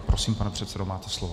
Prosím, pane předsedo, máte slovo.